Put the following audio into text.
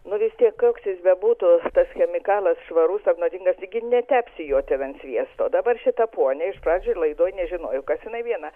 nu vis tiek koks jis bebūtų tas chemikalas švarus ar nuodingas taigi netepsi jo ten ant sviesto dabar šita ponia iš pradžių laidoje nežinojo kas jinai viena